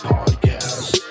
Podcast